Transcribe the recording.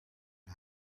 our